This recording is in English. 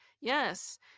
Yes